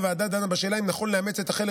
הוועדה דנה בשאלה אם נכון לאמץ את החלק